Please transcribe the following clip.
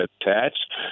attached